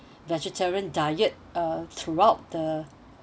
vegetarian diet uh throughout the